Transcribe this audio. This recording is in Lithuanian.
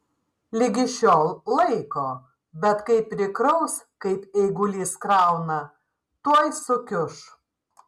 ligi šiol laiko bet kai prikraus kaip eigulys krauna tuoj sukiuš